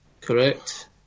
Correct